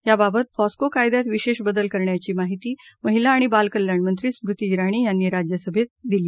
या बाबत पॅस्को कायद्यात विशेष बदल करण्याची माहिती महिला आणि बालकल्याणमंत्री स्मृती जिणी यांनी राज्यसभेत माहिती दिली